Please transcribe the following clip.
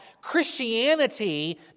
Christianity